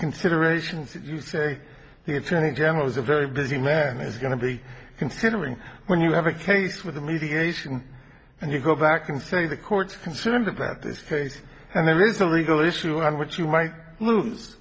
considerations you say the attorney general is a very busy man is going to be considering when you have a case with a mediation and you go back and say the court concerned about this case and there is a legal issue on which you might lose